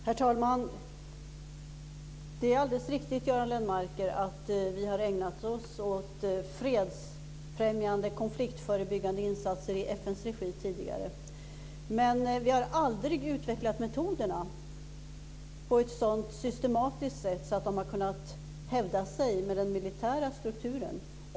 Herr talman! Det är alldeles riktigt, Göran Lennmarker, att vi har ägnat oss åt fredsfrämjande, konfliktförebyggande insatser i FN:s regi tidigare. Men vi har aldrig utvecklat metoderna på ett sådant systematiskt sätt att de har kunnat hävda sig i förhållande till den militära strukturen.